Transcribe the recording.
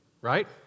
Right